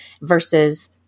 versus